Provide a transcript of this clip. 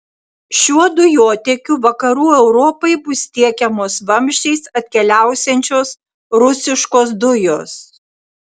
šiuo dujotiekiu vakarų europai bus tiekiamos vamzdžiais atkeliausiančios rusiškos dujos